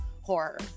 horror